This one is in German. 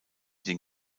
den